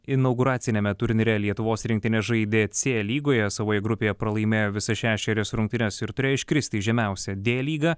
inauguraciniame turnyre lietuvos rinktinė žaidė c lygoje savoje grupėje pralaimėjo visas šešerias rungtynes ir turėjo iškristi į žemiausią d lygą